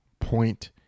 point